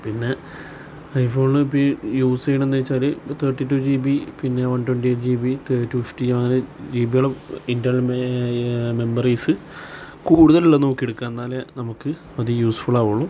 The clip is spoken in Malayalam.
പിന്നെ ഐ ഫോണ് യൂസ് ചെയ്യണമെന്നുവച്ചാല് തേട്ടി റ്റൂ ജി ബി പിന്നെ one twenty eight G B two fifty G B അങ്ങനെ ജി ബികള് ഇൻ്റർ മെമ്മറീസ് കൂടുതലുള്ളതു നോക്കി എടുക്കുക എന്നാലേ നമുക്ക് അത് യൂസ്ഫുള് ആകുകയുള്ളു